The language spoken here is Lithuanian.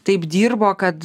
taip dirbo kad